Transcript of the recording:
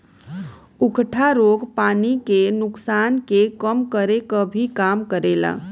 उकठा रोग पानी के नुकसान के कम करे क भी काम करेला